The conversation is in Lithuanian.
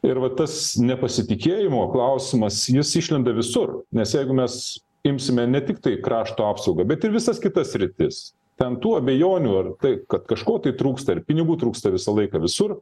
ir va tas nepasitikėjimo klausimas jis išlenda visur nes jeigu mes imsime ne tiktai krašto apsaugą bet ir visas kitas sritis ten tų abejonių ar tai kad kažko trūksta ar pinigų trūksta visą laiką visur